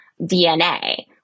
DNA